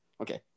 Okay